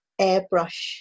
airbrush